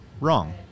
wrong